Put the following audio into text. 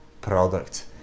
product